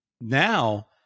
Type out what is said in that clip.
Now